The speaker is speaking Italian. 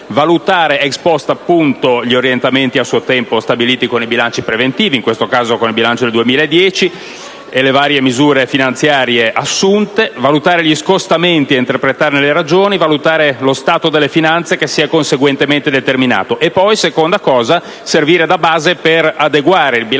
post* gli orientamenti a suo tempo stabiliti con i bilanci preventivi - in questo caso, con il bilancio del 2010 - e le varie misure finanziarie assunte, valutare gli scostamenti e interpretarne le ragioni, valutare lo stato delle finanze che si è conseguentemente determinato, e in secondo luogo servire da base per adeguare il bilancio